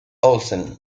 olsen